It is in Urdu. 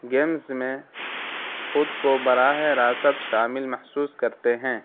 گیمز میں خود کو براہ راست شامل محسوس کرتے ہیں